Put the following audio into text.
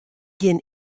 gjin